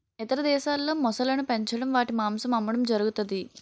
ఇతర దేశాల్లో మొసళ్ళను పెంచడం వాటి మాంసం అమ్మడం జరుగుతది